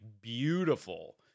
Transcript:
beautiful